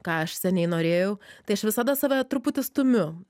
ką aš seniai norėjau tai aš visada save truputį stumiu